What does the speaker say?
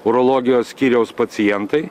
urologijos skyriaus pacientai